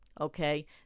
Okay